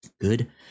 good